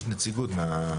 יש נציגות.